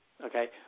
okay